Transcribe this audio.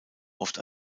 oft